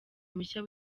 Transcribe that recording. mushya